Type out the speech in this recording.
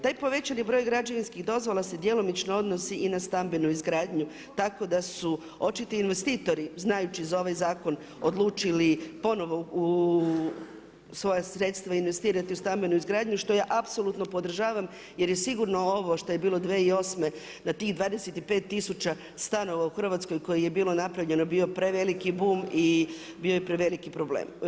Taj povećani broj građevinskih dozvola se djelomično odnosi i na stambenu izgradnju, tako da su očito investitori, znajući za ovaj zakon, odlučili u svoja sredstva investirati u stambenu izgradnju, što ja apsolutno podržava, jer je sigurno ovo što je bilo 2008. da tih 25000 stanova u Hrvatskoj koji je bilo napravljeno, bio preveliki boom i bio je preveliki problem.